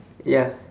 ya